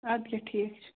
اَدٕکہِ ٹھیٖک چھُ